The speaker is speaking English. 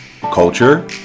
culture